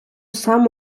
сам